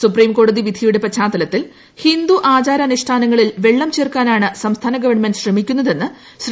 സുപ്രീംകോടതി വിധിയുടെ പശ്ചാത്തലത്തിൽ ഹിന്ദു ആചാര അനിഷ്ടാനങ്ങളിൽ വെള്ളം ചേർക്കാനാണ് സംസ്ഥാന ഗവൺമെന്റ് ശ്രമിക്കുന്നതെന്ന് ശ്രീ